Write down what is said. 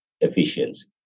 efficiency